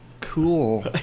cool